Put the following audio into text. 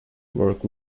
work